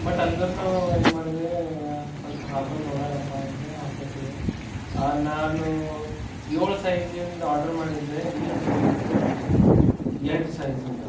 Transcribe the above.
but ಅಂದ್ರೂನು ಏನು ಮಾಡಿದೆ ಸ್ವಲ್ಪ ಹಾಕ್ಕೊಂಡು ನೋಡ್ಯಾರಪ್ಪಾ ಅಂಥೇಳಿ ಹಾಕ್ಕೊತೀವಿ ನಾನು ಏಳು ಸೈಜಿಂದು ಆಡರ್ ಮಾಡಿದ್ದೆ ಇಲ್ಲಿ ಬಂದಿದ್ದು ಎಂಟು ಸೈಜಿಂದು